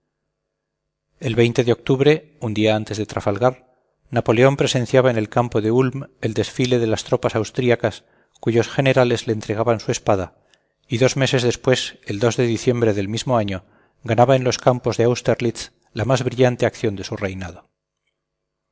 el de octubre un día antes de trafalgar napoleón presenciaba en el campo de ulm el desfile de las tropas austriacas cuyos generales le entregaban su espada y dos meses después el de diciembre del mismo año ganaba en los campos de austerlitz la más brillante acción de su reinado